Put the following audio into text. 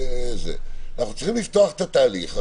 אנחנו צריכים לפתוח התהליך.